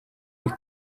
нэг